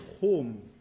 home